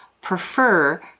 prefer